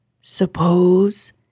Suppose